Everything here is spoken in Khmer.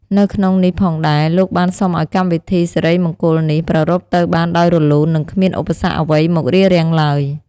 នៅក្នុងនេះផងដែរលោកបានសុំឱ្យកម្មវិធីសិរីមង្គលនេះប្រាព្ធទៅបានដោយរលូន និងគ្មានឧបសគ្គអ្វីមករារាំងឡើយ។